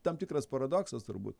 tam tikras paradoksas turbūt